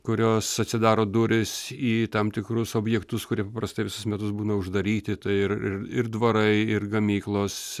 kurios atsidaro durys į tam tikrus objektus kurie paprastai visus metus būna uždaryti tai ir ir ir dvarai ir gamyklos